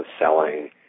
selling